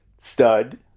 stud